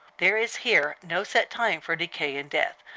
there is here no set time for decay and death,